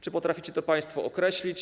Czy potraficie to państwo określić?